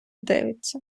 дивиться